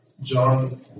John